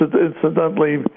incidentally